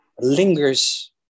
lingers